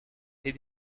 des